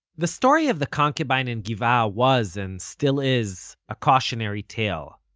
the story of the concubine in gibeah was, and still is, a cautionary tale.